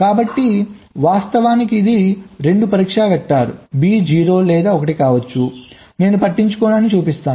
కాబట్టి వాస్తవానికి ఇది 2 పరీక్ష వెక్టర్స్ B 0 లేదా 1 కావచ్చు నేను పట్టించుకోను అని చూపిస్తాను